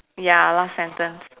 ya last sentence